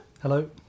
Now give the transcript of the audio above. Hello